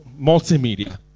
multimedia